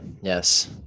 yes